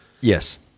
Yes